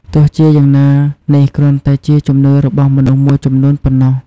ទោះជាយ៉ាងណានេះគ្រាន់តែជាជំនឿរបស់មនុស្សមួយចំនួនប៉ុណ្ណោះ។